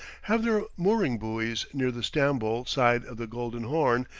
have their mooring buoys near the stamboul side of the golden horn,